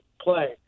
play